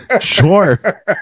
sure